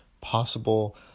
possible